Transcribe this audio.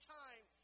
time